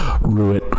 Ruin